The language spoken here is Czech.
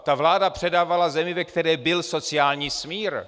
Ta vláda předávala zemi, ve které byl sociální smír.